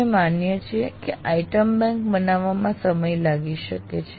અમે માનીએ છીએ કે આઈટમ બેંક બનાવવામાં સમય લાગી શકે છે